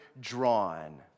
drawn